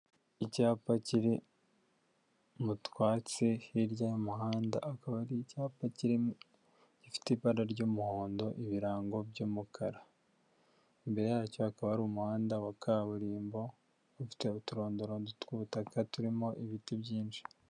Icyapa kiri mu twatsi hirya y'umuhanda, akaba ari icyapa gifite ibara ry'umuhondo, ibirango by'umukara, imbere yacyo hakaba hari umuhanda wa kaburimbo ufite uturondorondo tw'ubutaka turimo ibiti byinshi.